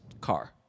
car